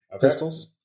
Pistols